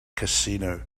casino